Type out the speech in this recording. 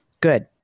Good